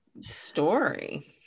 story